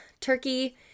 turkey